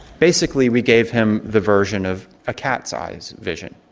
basically we gave him the version of a cat's eye's vision.